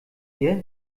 ihr